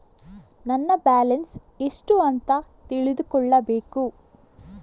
ನನ್ನ ಬ್ಯಾಲೆನ್ಸ್ ಎಷ್ಟು ಅಂತ ತಿಳಿದುಕೊಳ್ಳಬೇಕು?